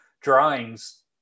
drawings